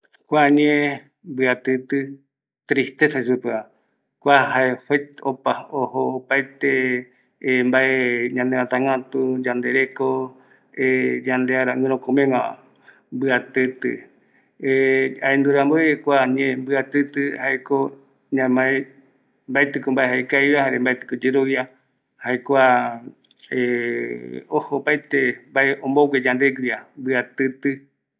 Mbɨatɨre yayemongueta yaiko yae mbaetɨviko jaekavi esa esa yandepɨatɨave yaiko yae ngaraviko yande yanderete jaekavi esa ipuere yaru yande yeɨpe mbaerajɨ, jaeramoko yayemongueta yae yayemongueta ikavi ikavi rupi aniara marätu yaiko ikavi yande yakuata jokua jukurai